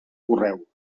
correu